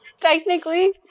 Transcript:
Technically